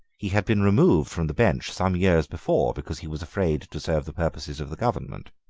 he had been removed from the bench some years before, because he was afraid to serve the purposes of the government.